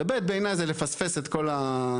ו-ב' בעיניי זה לפספס את הנקודה.